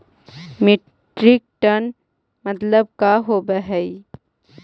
Metric ton मतलब का होव हइ?